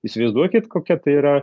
įsivaizduokit kokia tai yra